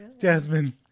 Jasmine